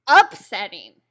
upsetting